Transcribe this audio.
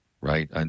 right